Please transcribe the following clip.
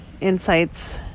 insights